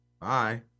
bye